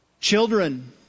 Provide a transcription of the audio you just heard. Children